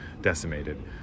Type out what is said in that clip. decimated